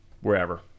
Wherever